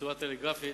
בצורה טלגרפית,